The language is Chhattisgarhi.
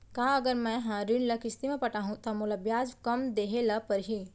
का अगर मैं हा ऋण ल किस्ती म पटाहूँ त मोला ब्याज कम देहे ल परही?